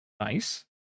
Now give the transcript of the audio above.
Nice